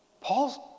Paul's